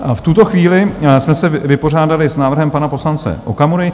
V tuto chvíli jsme se vypořádali s návrhem pana poslance Okamury.